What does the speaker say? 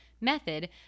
method